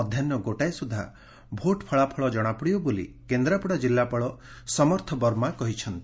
ମଧାହ୍ ଗୋଟାଏ ସୁଦ୍ଧା ଭୋଟ୍ ଫଳାଫଳ ଜଶାପଡ଼ିବ ବୋଲି କେନ୍ଦ୍ରାପଡ଼ା କିଲ୍ଲାପାଳ ସମର୍ଥ ବର୍ମା କହିଛନ୍ତି